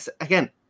Again